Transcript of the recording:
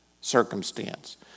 circumstance